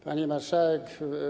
Pani Marszałek!